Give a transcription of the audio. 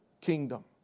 kingdom